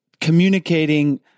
communicating